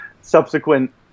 subsequent